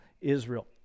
Israel